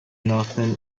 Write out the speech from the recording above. northern